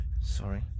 Sorry